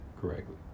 correctly